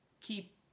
keep